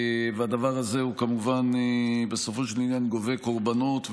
הדבר הזה כמובן בסופו של עניין גובה קורבנות,